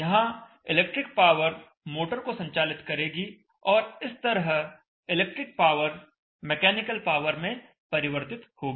यहां electric power motor को संचालित करेगी और इस तरह इलेक्ट्रिक पावर मैकेनिकल पावर में परिवर्तित होगी